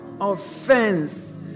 offense